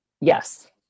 Yes